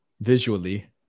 visually